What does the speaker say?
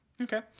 Okay